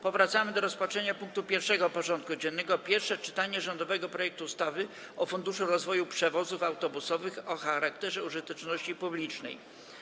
Powracamy do rozpatrzenia punktu 1. porządku dziennego: Pierwsze czytanie rządowego projektu ustawy o Funduszu rozwoju przewozów autobusowych o charakterze użyteczności publicznej.